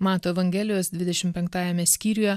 mato evangelijos dvidešim penktajame skyriuje